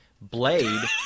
Blade